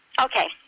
Okay